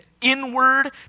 inward